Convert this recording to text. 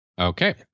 Okay